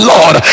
Lord